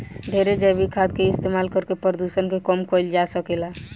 ढेरे जैविक खाद के इस्तमाल करके प्रदुषण के कम कईल जा सकेला